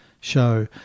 show